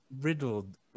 riddled